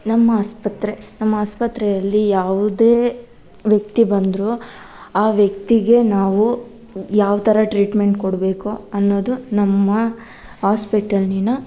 ನಮ್ಮ ಆಸ್ಪತ್ರೆ ನಮ್ಮ ಆಸ್ಪತ್ರೆಯಲ್ಲಿ ಯಾವುದೇ ವ್ಯಕ್ತಿ ಬಂದರೂ ಆ ವ್ಯಕ್ತಿಗೆ ನಾವು ಯಾವ ಥರ ಟ್ರೀಟ್ಮೆಂಟ್ ಕೊಡಬೇಕು ಅನ್ನೋದು ನಮ್ಮ ಹಾಸ್ಪಿಟಲಿನ